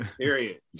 Period